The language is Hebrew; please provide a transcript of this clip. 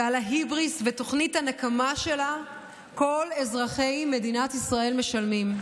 ועל ההיבריס ותוכנית הנקמה שלה כל אזרחי מדינת ישראל משלמים,